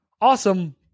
Awesome